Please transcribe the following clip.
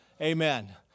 Amen